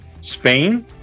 Spain